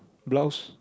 blouse